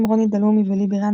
עם רוני דלומי ולי בירן,